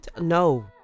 No